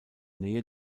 nähe